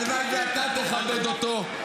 הלוואי שאתה תכבד אותו -- תודה רבה.